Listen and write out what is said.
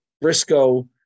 Briscoe